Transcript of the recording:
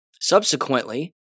Subsequently